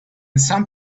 some